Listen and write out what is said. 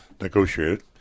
negotiated